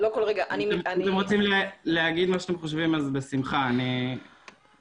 אם אתם רוצים להגיד מה שאתם חושבים אז בשמחה אני אמתין.